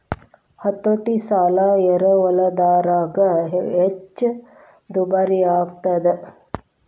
ಹತೋಟಿ ಸಾಲ ಎರವಲುದಾರಗ ಹೆಚ್ಚ ದುಬಾರಿಯಾಗ್ತದ